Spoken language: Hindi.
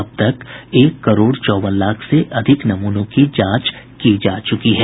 अब तक एक करोड़ चौवन लाख से अधिक नमूनों की जांच की जा चुकी है